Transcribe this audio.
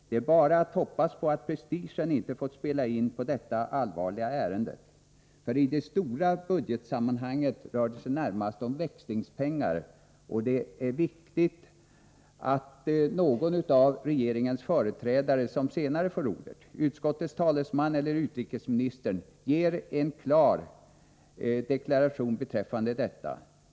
Det är bara att hoppas på att prestigen inte fått spela in i samband med detta allvarliga ärende. I det stora budgetsammanhanget rör det sig närmast om ”växlingspengar” , och det är viktigt att någon av regeringens företrädare som senare får ordet, utskottets talesman eller utrikesministern, ger en förklaring till detta.